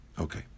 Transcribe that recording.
Okay